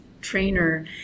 trainer